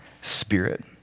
spirit